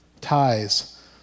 ties